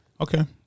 Okay